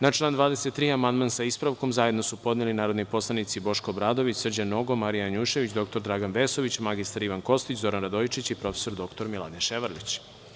Na član 23. amandman, sa ispravkom, zajedno su podneli su narodni poslanici Boško Obradović, Srđan Nogo, Marija Janjušević, dr Dragan Vesović, mr Ivan Kostić, Zoran Radojičić i prof. dr Miladin Ševarlić.